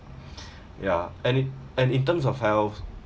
ya and it and in terms of health